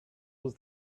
was